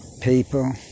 People